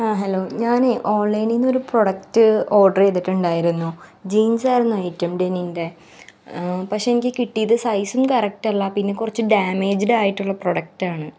ആ ഹലോ ഞാനേ ഓണ്ലൈനില് നിന്നൊരു പ്രൊഡക്റ്റ് ഓർഡർ ചെയ്തിട്ടുണ്ടായിരുന്നു ജീന്സ് ആയിരുന്നു ഐറ്റം ഡെനിമിന്റെ പക്ഷേ എനിക്ക് കിട്ടിയത് സൈസും കറക്റ്റ് അല്ല പിന്നെ കുറച്ച് ഡാമേജ്ഡ് ആയിട്ടുള്ള പ്രൊഡക്റ്റ് ആണ്